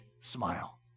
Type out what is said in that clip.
smile